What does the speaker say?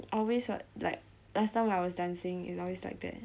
always [what] like last time I was dancing it's always like that